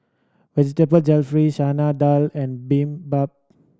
Vegetable Jalfrezi Chana Dal and